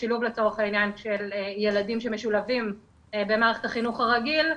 השילוב לצורך העניין של ילדים שמשולבים במערכת החינוך הרגיל,